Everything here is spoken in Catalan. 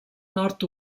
nord